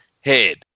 head